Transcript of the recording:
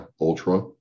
Ultra